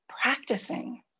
practicing